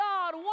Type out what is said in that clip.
God